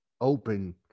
open